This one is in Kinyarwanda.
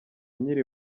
nkiri